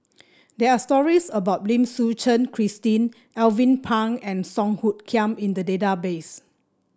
there are stories about Lim Suchen Christine Alvin Pang and Song Hoot Kiam in the database